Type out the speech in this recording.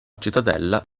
cittadella